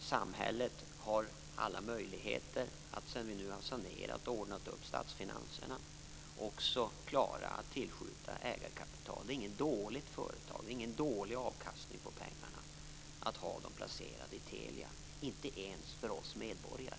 Samhället har alla möjligheter, sedan vi nu har sanerat och ordnat upp statsfinanserna, att också klara att tillskjuta ägarkapital. Det är inget dåligt företag. Det ger ingen dålig avkastning på pengarna att ha dem placerade i Telia - inte ens för oss medborgare.